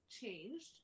changed